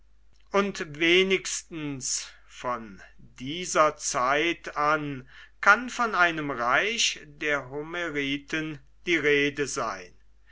und wenigstens von dieser zeit an kann von einem reich der homeriten die rede sein